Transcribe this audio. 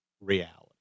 reality